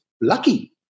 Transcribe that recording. lucky